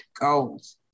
goals